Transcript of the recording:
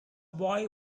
boy